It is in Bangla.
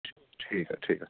ঠিক আছে ঠিক আছে